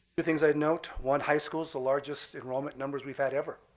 the things i'd note one high school is the largest enrollment numbers we've had ever.